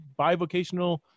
bivocational